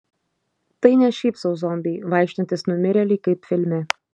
tai ne šiaip sau zombiai vaikštantys numirėliai kaip filme